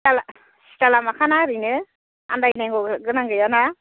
सिदा लामाखाना ओरैनो आन्दायनांगौ गोनां गैयाना